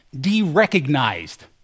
de-recognized